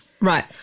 Right